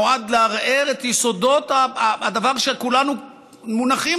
שנועדו לערער את יסודות הדבר שכולנו מונחים,